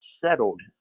settled